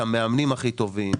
את המאמנים הכי טובים,